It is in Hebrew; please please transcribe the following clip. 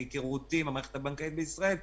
מהיכרותו עם המערכת הבנקאית בישראל,